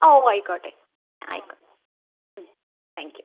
ഓ ആയിക്കോട്ടെ ആയിക്കോട്ടെ thank U